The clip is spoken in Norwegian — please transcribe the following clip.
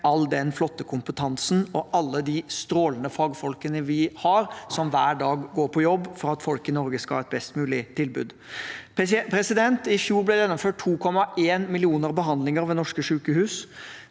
all den flotte kompetansen og alle de strålende fagfolkene vi har, som hver dag går på jobb for at folk i Norge skal ha et best mulig tilbud. I fjor ble det gjennomført 2,1 millioner behandlinger ved norske sykehus.